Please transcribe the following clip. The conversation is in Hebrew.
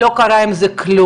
לא קרה עם זה כלום.